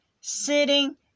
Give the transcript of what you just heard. Sitting